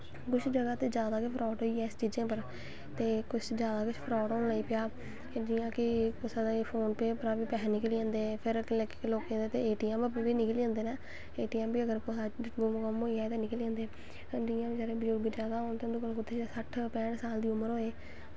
कुछ जगह ते जादा गै फ्राड़ होईया इ'नें जगहें पर ते कुछ जादा कुछ फ्राड़ होन लग्गी पेआ फिर केह् कि कुसै दे फोन पे परा दा बी पैसे निकली जंदे केईं केइयें दे ते ए टी ऐम्म पर बी निकली जंदे नै ए टी ऐम्म बी कुसे दा गुम होई जा ते निकली जंदे न जि'यां हून बजुर्ग बगैरा होन ते उं'दे कोल कुत्थें सट्ठ पैंट साल दी उमर होए